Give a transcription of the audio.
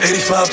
85